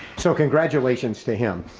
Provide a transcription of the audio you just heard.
so congratulations to him.